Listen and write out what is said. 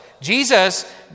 Jesus